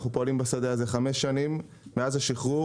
אנחנו פועלים בשדה הזה חמש שנים מאז השחרור,